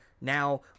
Now